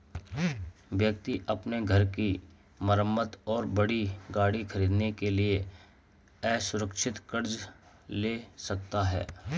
व्यक्ति अपने घर की मरम्मत और बड़ी गाड़ी खरीदने के लिए असुरक्षित कर्ज ले सकता है